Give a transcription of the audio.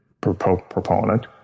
proponent